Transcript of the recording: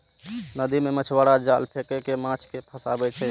नदी मे मछुआरा जाल फेंक कें माछ कें फंसाबै छै